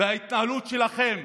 וההתנהלות שלכם